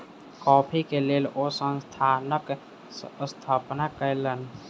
coffee के लेल ओ संस्थानक स्थापना कयलैन